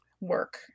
work